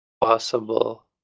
possible